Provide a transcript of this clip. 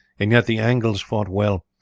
and yet the angles fought well,